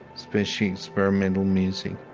especially experimental music,